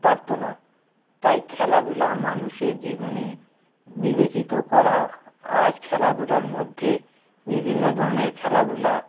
পারতো না তাই খেলাধুলা মানুষের জীবনে বিবেচিত করা আজ খেলাধুলার মধ্যে বিভিন্ন ধরনের খেলাধুলা